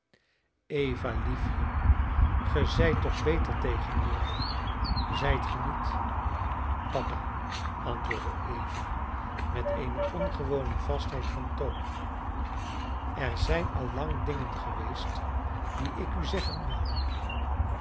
eva liefje ge zijt toch beter tegenwoordig zijt ge niet papa antwoordde eva met eene ongewone vastheid van toon er zijn al lang dingen geweest die ik u zeggen wilde